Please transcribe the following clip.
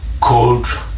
cold